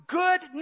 good